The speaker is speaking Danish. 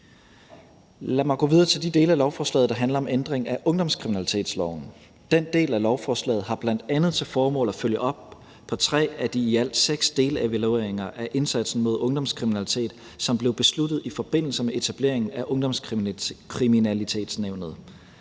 Lad mig gå videre til de dele af lovforslaget, der handler om ændring af ungdomskriminalitetsloven. Den del af lovforslaget har bl.a. til formål at følge op på tre af de i alt seks delevalueringer af indsatsen mod ungdomskriminalitet, som blev besluttet i forbindelse med etableringen af Ungdomskriminalitetsnævnet.